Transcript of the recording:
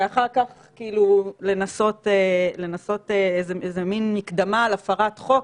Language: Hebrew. ואחר כך כאילו לנסות איזו מין מקדמה להפרת חוק,